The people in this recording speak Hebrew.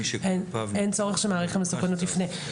אין צורך שמעריך המסוכנות יפנה.